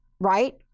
right